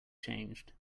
changed